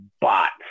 bots